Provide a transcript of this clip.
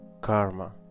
karma